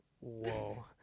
Whoa